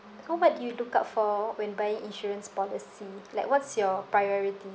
how what do you look out for when buying insurance policy like what's your priority